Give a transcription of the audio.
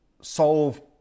solve